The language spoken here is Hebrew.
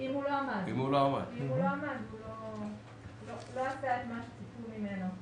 אם הוא לא עמד ולא עשה את מה שציפו ממנו לעשות.